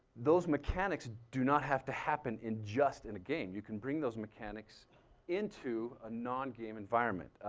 those mechanics do not have to happen in just, in a game. you can bring those mechanics into a nongame environment.